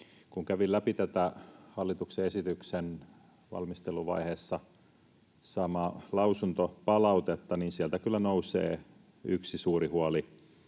Kun kävin läpi tätä hallituksen esityksen valmisteluvaiheessa saamaa lausuntopalautetta, niin sieltä kyllä nousee yksi suuri huoli